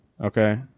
okay